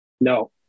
No